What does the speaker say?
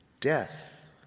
Death